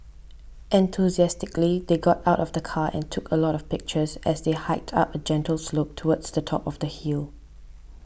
enthusiastically they got out of the car and took a lot of pictures as they hiked up a gentle slope towards the top of the hill